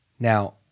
Now